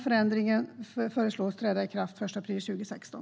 Förändringen föreslås träda i kraft den 1 april 2016.